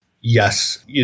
Yes